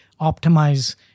optimize